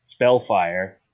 Spellfire